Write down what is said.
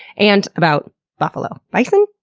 and about buffalo. bison?